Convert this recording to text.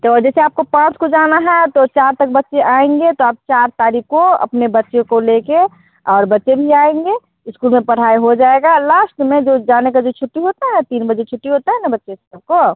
तो जैसे आपको पाँच को जाना है तो चार तक बच्चे आएंगे तो आप चार तारीख को अपने बच्चे को ले कर और बच्चे भी आएंगे इस्कूल में पढ़ाई हो जाएगा लाश्ट में जो जाने का जो छुट्टी होता है तीन बजे छुट्टी होता है न बच्चे लोग को